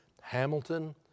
Hamilton